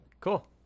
Cool